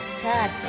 touch